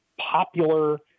popular